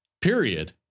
period